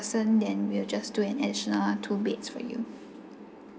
person then we'll just to add additional two beds for you